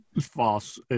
false